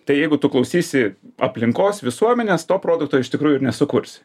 tai jeigu tu klausysi aplinkos visuomenės to produkto iš tikrųjų nesukursi